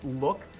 look